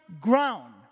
ground